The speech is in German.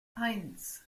eins